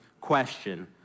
question